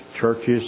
churches